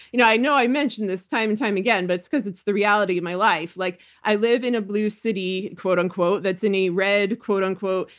you know i know i mention this time and time again, but because it's the reality of my life. like i live in a blue city, quote unquote, that's in a red, quote unquote,